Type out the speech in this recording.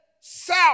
south